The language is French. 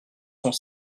cent